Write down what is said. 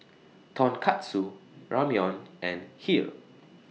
Tonkatsu Ramyeon and Kheer